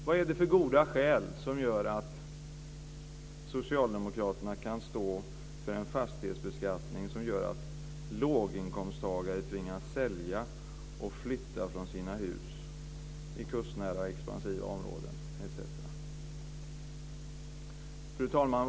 Vad är det för goda skäl som gör att socialdemokraterna kan stå för en fastighetsbeskattning som gör att låginkomsttagare tvingas sälja och flytta från sina hus i kustnära områden, expansiva områden etc.? Fru talman!